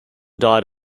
died